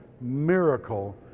miracle